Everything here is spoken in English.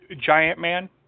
Giant-Man